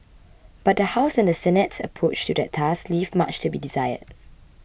but the House and Senate's approach to that task leave much to be desired